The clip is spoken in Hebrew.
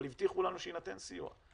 שיינתן סיוע.